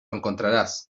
encontrarás